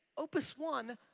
opus one,